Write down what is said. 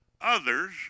others